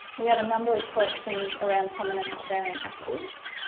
we have a number of collections around prominent australian actors